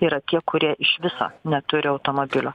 yra tie kurie iš viso neturi automobilio